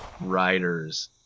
riders